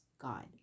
God